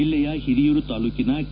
ಜಿಲ್ಲೆಯ ಹಿರಿಯೂರು ತಾಲ್ಲೂಕಿನ ಕೆ